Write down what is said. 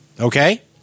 Okay